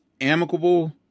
amicable